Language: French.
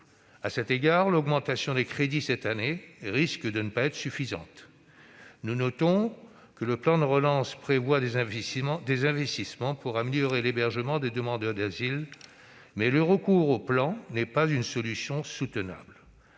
À cet égard, l'augmentation des crédits risque de ne pas être suffisante cette année. Nous notons que le plan de relance prévoit des investissements pour améliorer l'hébergement des demandeurs d'asile, mais le recours au plan n'est pas une solution soutenable.